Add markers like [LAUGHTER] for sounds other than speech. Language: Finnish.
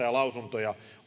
[UNINTELLIGIBLE] ja lausuntoja